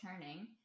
turning